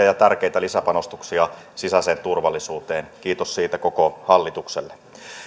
ja tärkeitä lisäpanostuksia sisäiseen turvallisuuteen kiitos siitä koko hallitukselle